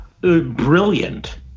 Brilliant